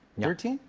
thirteen?